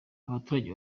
baturage